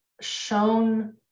shown